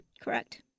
Correct